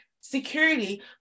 security